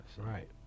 Right